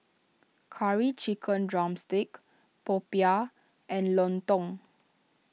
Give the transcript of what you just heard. Curry Chicken Drumstick Popiah and Lontong